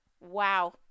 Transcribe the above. Wow